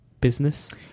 business